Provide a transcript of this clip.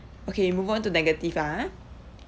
okay move on to negative ah